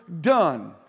done